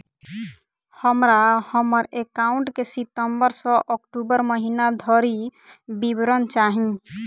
हमरा हम्मर एकाउंट केँ सितम्बर सँ अक्टूबर महीना धरि विवरण चाहि?